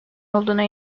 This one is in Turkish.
olduğuna